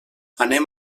anem